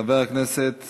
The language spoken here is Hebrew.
חבר הכנסת